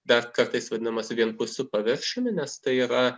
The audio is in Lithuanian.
dar kartais vadinamas vienpusiu paviršiumi nes tai yra